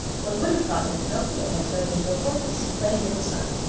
one would have thought that pinocchio had turned into a porpoise playing in the sun.